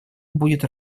будет